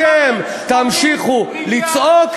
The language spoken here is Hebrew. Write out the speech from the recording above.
השקעתם 80 מיליארד שקל, אתם תמשיכו לצעוק,